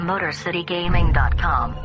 MotorCityGaming.com